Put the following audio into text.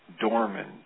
Dorman